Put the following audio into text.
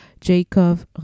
Jacob